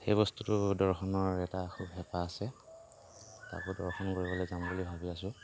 সেই বস্তুটো দৰ্শনৰ এটা খুব হেঁপাহ আছে তাতো দৰ্শন কৰিবলৈ যাম বুলি ভাবি আছো